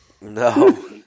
no